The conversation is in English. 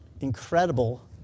incredible